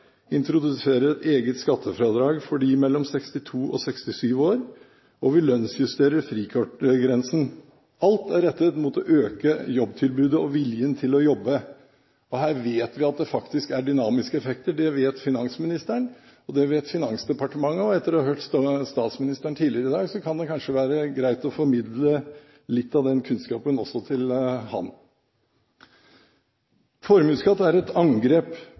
introduserer et eget skattefradrag for dem mellom 62 og 67 år og lønnsjusterer frikortgrensen. Alt er rettet mot å øke jobbtilbudet og viljen til å jobbe. Her vet vi at det faktisk er dynamiske effekter – det vet finansministeren, og det vet Finansdepartementet, og etter å ha hørt statsministeren tidligere i dag kan det kanskje være greit å formidle litt av den kunnskapen også til ham. Formuesskatt er et angrep